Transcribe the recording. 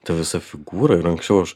ta visa figūra ir anksčiau aš